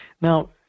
Now